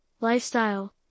lifestyle